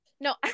no